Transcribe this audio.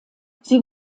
sie